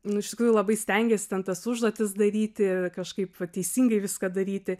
nu iš tikrųjų labai stengiesi ten tas užduotis daryti kažkaip va teisingai viską daryti